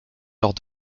lors